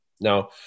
Now